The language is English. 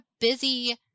busy